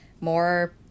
more